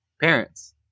parents